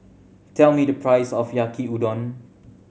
tell me the price of Yaki Udon